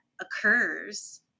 occurs